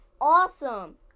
Awesome